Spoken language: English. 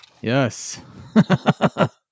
Yes